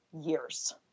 years